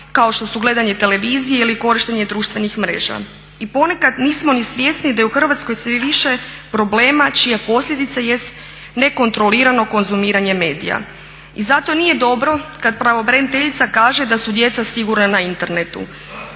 kao što su gledanje televizije ili korištenje društvenih mreža. I ponekad nismo ni svjesni da je u Hrvatskoj sve više problema čija posljedica jest nekontrolirano konzumiranje medija. I zato nije dobro kada pravobraniteljica kaže da su djeca sigurna na internetu.